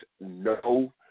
No